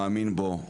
מאמין בו,